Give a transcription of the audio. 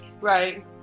right